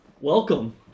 Welcome